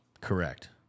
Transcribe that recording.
Correct